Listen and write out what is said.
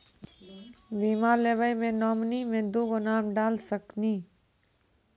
बीमा लेवे मे नॉमिनी मे दुगो नाम डाल सकनी?